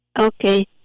Okay